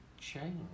change